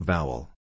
Vowel